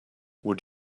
would